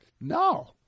No